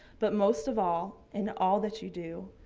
but most of all, in all that you do,